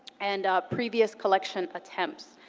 and previous collection attempts.